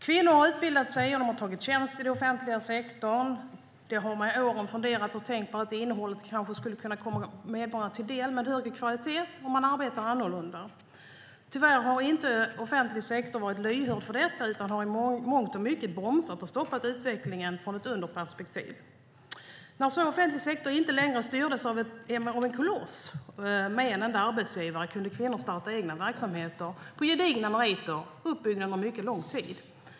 Kvinnor har utbildat sig och tagit tjänst i den offentliga sektorn. De har med åren funderat och tänkt på att innehållet kanske skulle kunna komma medborgarna till del med högre kvalitet om man arbetade annorlunda. Tyvärr har inte offentlig sektor varit lyhörd för detta utan har i mångt och mycket bromsat och stoppat utvecklingen från ett underperspektiv. När så offentlig sektor inte längre styrdes av en koloss med en enda arbetsgivare kunde kvinnor starta egna verksamheter på gedigna meriter uppbyggda under mycket lång tid.